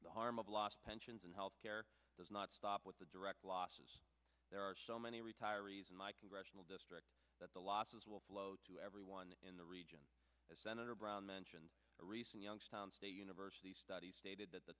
the harm of lost pensions and health care does not stop with the direct losses there are so many retirees in my congressional district that the losses will flow to everyone in the region as senator brown mentioned a recent youngstown state university study stated that the